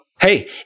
Hey